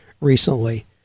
recently